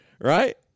Right